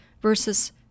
versus